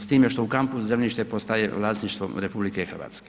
S time što u kampu zemljište postaje vlasništvom RH.